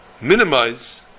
minimize